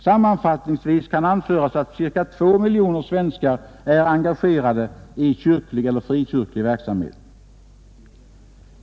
Sammanfattningsvis kan anföras att cirka två miljoner svenskar är engagerade i kyrklig eller frikyrklig verksamhet.